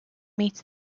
meets